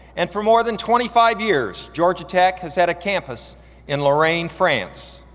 and for more than twenty five years, georgia tech has had a campus in lorraine, france.